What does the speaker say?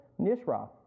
Nishra